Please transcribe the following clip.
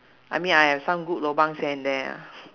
I mean I have some good lobangs here and there lah